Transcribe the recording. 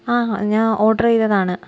ആ ഞാൻ ഓർഡർ ചെയ്തതാണ്